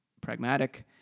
pragmatic